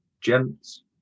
gents